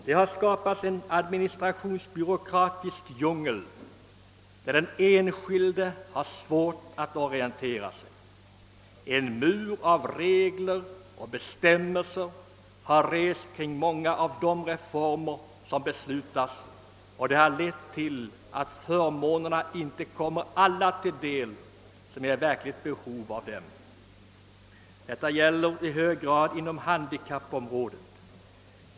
Det har skapats en administrationsbyråkratisk djungel där den enskilde har svårt att orientera sig. En mur av regler och bestämmelser har rests kring många av de reformer som beslutats, och det har lett till att förmånerna inte kommer alla till del som är i verkligt behov av dem. Detta gäller i hög grad inom handikappområdet.